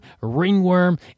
ringworm